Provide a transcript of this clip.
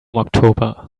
october